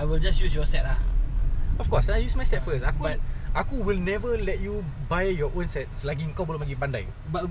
okay aku just need to find a place yang budak-budak pun boleh join juga kat situ because kan ada playground apa semua kan